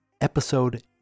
episode